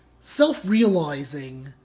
self-realizing